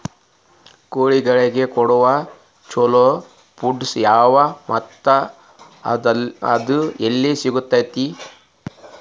ಕೋಳಿಗಳಿಗೆ ಕೊಡುವ ಛಲೋ ಪಿಡ್ಸ್ ಯಾವದ ಮತ್ತ ಅದ ಎಲ್ಲಿ ಸಿಗತೇತಿ?